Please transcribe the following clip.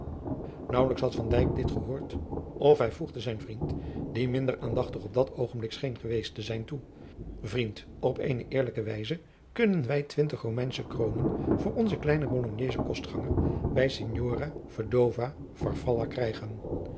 naauwelijks had van dijk dit gehoord of hij voegde zijn vriend die minder aandachtig op dat oogenblik scheen geweest te zijn toe vriend op eene eerlijke wijze kunnen wij twintig romeinsche kroonen voor onzen kleinen bologneschen kostganger bij signora vedova farfalla krijgen